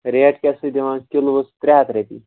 rate کیٛاہ سا چھِ دِوان کِلوَس ترٛےٚ ہَتھ رۄپیہِ